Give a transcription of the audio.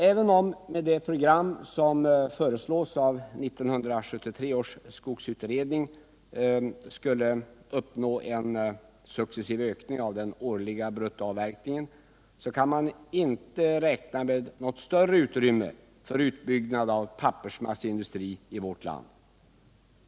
Även om man med det Måndagen den program som föreslås av 1973 års skogsutredning skulle uppnå en successiv 3 april 1978 ökning av den årliga bruttoavverkningen kan man inte räkna med något större utrymme för utbyggnad av pappersmasseindustrin i vårt land.